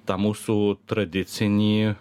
tą mūsų tradicinį